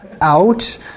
out